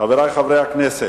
חברי חברי הכנסת,